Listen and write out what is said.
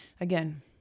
Again